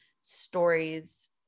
stories